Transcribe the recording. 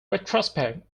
retrospect